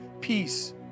peace